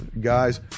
guys